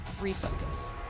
Refocus